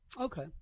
Okay